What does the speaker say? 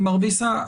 מר בסה,